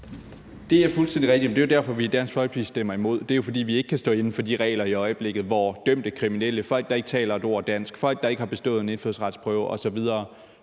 Det er fuldstændig rigtigt, men det er jo derfor, vi i Dansk Folkeparti stemmer imod det. Det er jo, fordi vi ikke kan stå inde for de regler, der er i øjeblikket, hvor dygtige kriminelle, folk, der ikke taler et ord dansk, folk, der ikke har bestået en indfødsretsprøve, osv.